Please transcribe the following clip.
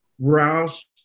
Rouse